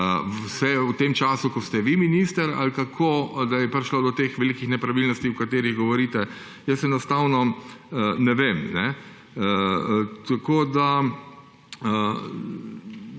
vse v tem času, ko ste vi minister ali kako, da je prišlo do teh velikih nepravilnosti, o katerih govorite. Jaz enostavno ne vem. Bi